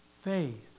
faith